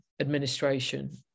administration